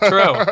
True